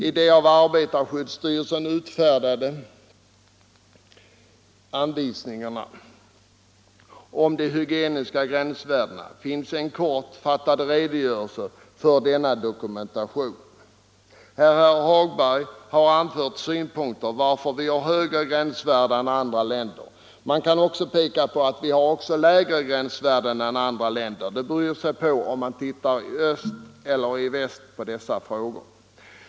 I de av arbetarskyddsstyrelsen utfärdade anvisningarna om de hygieniska gränsvärdena lämnas en kortfattad redogörelse för denna dokumentation. Herr Hagberg har anfört synpunkter på frågan varför vi har högre gränsvärden än en del andra länder. Men man kan också peka på att vi har lägre gränsvärden än vissa andra länder. Det beror på om man jämför med staterna i öst eller i väst.